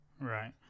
Right